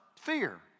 fear